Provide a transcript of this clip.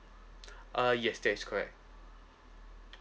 uh yes that is correct